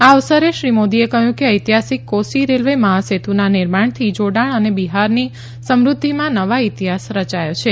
આ અવસરે શ્રી મોદીએ કહ્યું ચૈતિહાસિક કોસી રેલવે મહાસેતુના નિર્માણથી જોડાણ અને બિહારની સમૃઘ્ધિમાં નવા ઇતિહાસ રચાયો છે